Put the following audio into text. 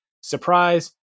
Surprise